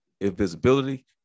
invisibility